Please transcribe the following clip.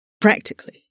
Practically